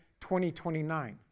2029